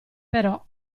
però